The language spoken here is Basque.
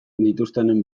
dituztenen